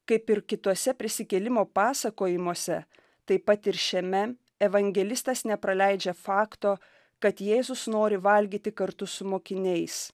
kaip ir kituose prisikėlimo pasakojimuose taip pat ir šiame evangelistas nepraleidžia fakto kad jėzus nori valgyti kartu su mokiniais